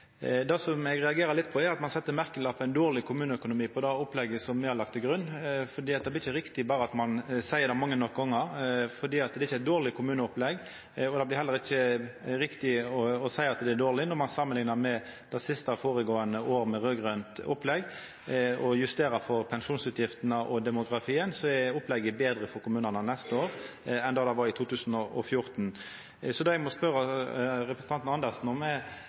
Det som eg reagerer litt på, er at ein set merkelappen «dårleg kommuneøkonomi» på det opplegget som me har lagt til grunn. Det blir ikkje riktig om ein berre seier det mange nok gonger. Det er ikkje eit dårleg kommuneopplegg, og det blir heller ikkje riktig å seia at det er dårleg når ein samanliknar med dei føregåande åra med raud-grønt opplegg. Justerer ein for pensjonsutgiftene og demografien, er opplegget betre for kommunane neste år enn det det var i 2014. Så det eg må spørja representanten Andersen om,